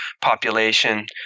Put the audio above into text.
population